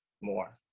more